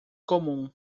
comum